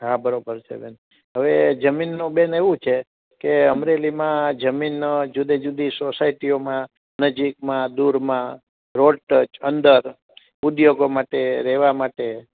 હાં બરોબર છે હવે જમીનનું બેન એવું છે કે અમરેલીમાં જમીન જુદી જુદી સોસાયટીઓમ નજીકમાં દૂરમાં રોડ ટચ અંદર ઊધ્યોગો માટે રહેવા માટે